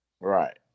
Right